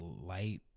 light